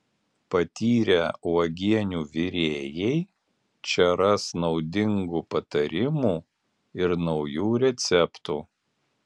patyrę uogienių virėjai čia ras naudingų patarimų ir naujų receptų